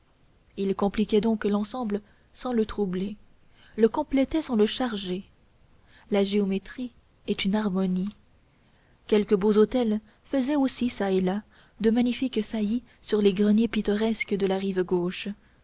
ils compliquaient donc l'ensemble sans le troubler le complétaient sans le charger la géométrie est une harmonie quelques beaux hôtels faisaient aussi çà et là de magnifiques saillies sur les greniers pittoresques de la rive gauche